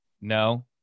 no